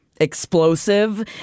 explosive